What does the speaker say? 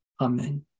Amen